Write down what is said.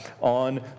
on